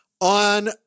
on